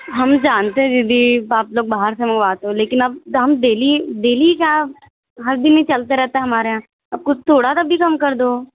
हम जानते हैं दीदी आप लोग बाहर से मंगवाते हो लेकिन अब हम डेली डेली का हर दिन ही चलते रहता है हमारे यहाँ अब कुछ थोड़ा सा भी कम कर दो